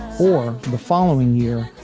for the following year,